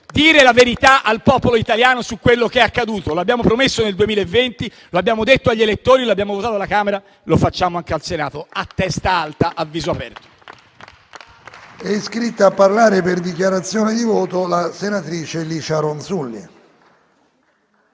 dire la verità al popolo italiano su quello che è accaduto. L'abbiamo promesso nel 2020, lo abbiamo detto agli elettori, lo abbiamo votato alla Camera, lo facciamo anche al Senato, a testa alta e viso aperto.